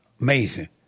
Amazing